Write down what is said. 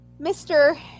Mr